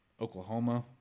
Oklahoma